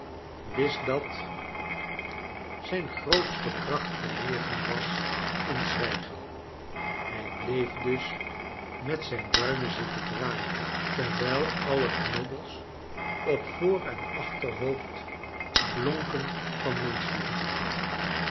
wist dat zijn grootste kracht gelegen was in zwijgen hij bleef dus met zijn duimen zitten draaien terwijl alle knobbels op voor en achterhoofd blonken van